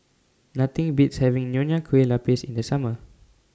Nothing Beats having Nonya Kueh Lapis in The Summer